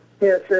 Yes